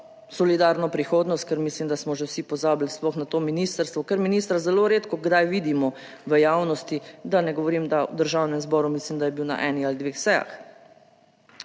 solidarno prihodnost, ker mislim, da smo že vsi pozabili sploh na to ministrstvo, ker ministra zelo redko kdaj vidimo v javnosti, da ne govorim, da v Državnem zboru, mislim, da je bil na eni ali dveh sejah.